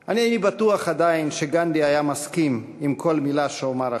אינני בטוח עדיין שגנדי היה מסכים לכל מילה שאומר עכשיו,